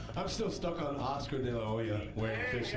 i'm still stuck on oscar de la hoya you know wearing